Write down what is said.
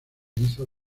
hizo